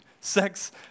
Sex